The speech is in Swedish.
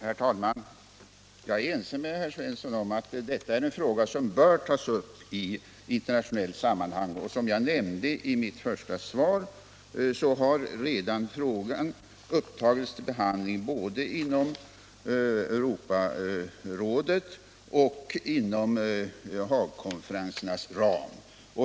Herr talman! Jag är ense med herr Svensson i Malmö om att detta är en fråga som bör tas upp i internationellt sammanhang. Och som jag nämnde i mitt svar har frågan redan upptagits till behandling både i Europarådet och inom Haagkonferensernas ram.